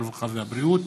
הרווחה והבריאות.